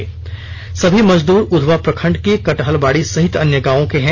से सभी मजदूर उधवा प्रखंड के कटहलबाड़ी सहित अन्य गांवों के हैं